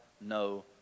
No